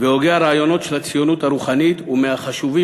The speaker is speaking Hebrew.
והוגה הרעיונות של הציונות הרוחנית ומהחשובים